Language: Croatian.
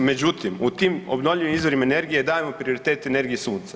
Međutim, u tim obnovljivim izvorima energije dajemo prioritet energiji sunca.